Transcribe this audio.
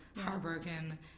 heartbroken